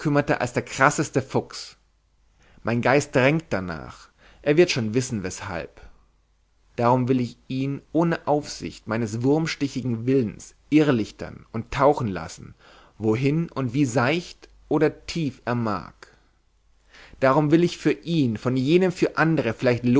als der krasseste fuchs mein geist drängt darnach er wird schon wissen weshalb darum will ich ihn ohne aufsicht meines wurmstichigen willens irrlichtern und tauchen lassen wohin und wie seicht oder tief er mag darum will ich ihn von jenem für andere vielleicht